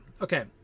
okay